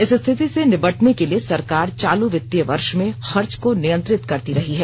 इस स्थिति से निबटने के लिए सरकार चालू वित्तीय वर्ष में खर्च को नियंत्रित करती रही है